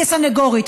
כסנגורית,